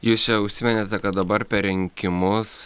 jūs čia užsiminėte kad dabar per rinkimus